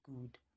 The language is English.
good